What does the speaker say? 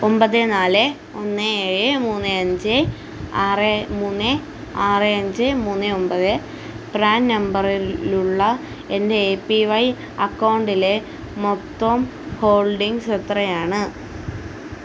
ഒമ്പത് നാല് ഒന്ന് ഏഴ് മൂന്ന് അഞ്ച് ആറ് മൂന്ന് ആറ് അഞ്ച് മൂന്ന് ഒമ്പത് പ്രാൻ നമ്പറിലുള്ള എൻ്റെ എ പി വൈ അക്കൗണ്ടിലെ മൊത്തം ഹോൾഡിംഗ് എത്രയാണ്